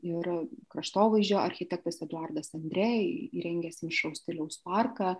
ir kraštovaizdžio architektas eduardas andrė įrengęs mišraus stiliaus parką